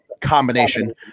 combination